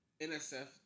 NSF